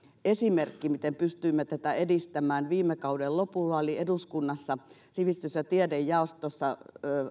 esimerkki siitä miten pystyimme tätä edistämään viime kauden lopulla oli eduskunnassa sivistys ja tiedejaostossa